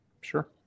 Sure